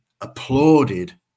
applauded